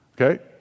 Okay